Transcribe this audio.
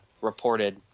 reported